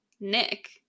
Nick